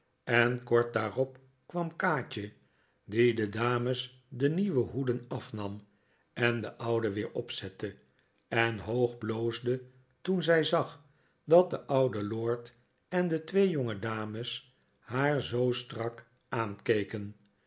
en kort daarop kwam kaatje die de dames de nieuwe hoeden afnam en de oude weer opzette en hoog bloosde toen zij zag dat de oude lord en de twee jongedames haar zoo strak aankeken